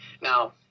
now